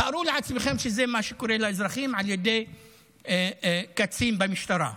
תארו לעצמכם שזה מה שקורה לאזרחים על ידי קצין במשטרה.